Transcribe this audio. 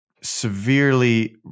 severely